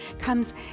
comes